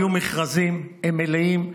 היו מכרזים, הם מלאים.